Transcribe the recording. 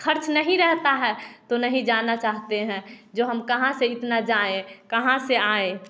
खर्च नहीं रहता है तो नहीं जाना चाहते हैं जो हम कहाँ से इतना जाएं कहा से आएं